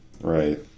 Right